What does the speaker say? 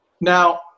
Now